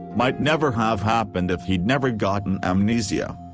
might never have happened if he'd never gotten amnesia.